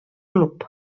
club